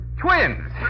Twins